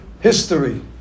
history